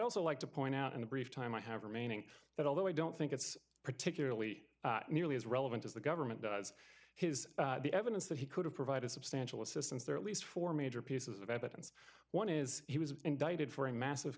also like to point out in the brief time i have remaining that although i don't think it's particularly nearly as relevant as the government does his evidence that he could have provided substantial assistance there at least four major pieces of evidence one is he was indicted for a massive